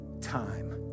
time